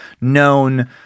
known